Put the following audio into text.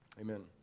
Amen